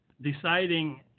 deciding